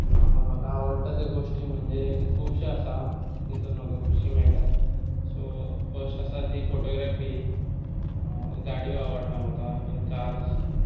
म्हाका आवडटा त्यो गोश्टी म्हणजें खुबशे आसा तातूंत म्हाका खुशी मेळटा सो फर्स्ट आसा ती फोटोग्राफी गाडयो आवडटा म्हाका इन कार्स